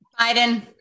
Biden